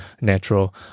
natural